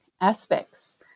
aspects